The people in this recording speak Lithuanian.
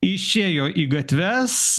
išėjo į gatves